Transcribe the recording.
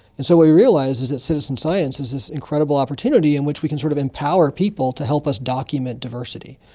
and so what we realised is that citizen science is this incredible opportunity in which we can sort of empower people to help us document diversity.